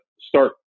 start